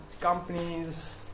companies